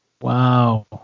Wow